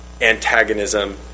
antagonism